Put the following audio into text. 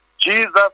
Jesus